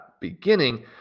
Beginning